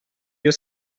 your